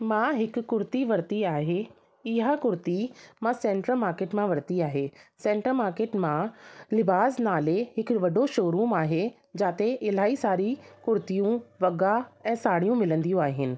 मां हिक कुर्ती वरिती आहे इहा कुर्ती मां सेंट्रल मार्केट मां वरिती आहे सेंट्रल मार्केट मां लिबास नाले हिक वॾो शो रूम आहे जिते इलाही सारी कुर्तियूं वॻा ऐं साड़ियूं मिलंदियूं आहिनि